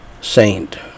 Saint